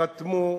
חתמו,